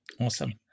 Awesome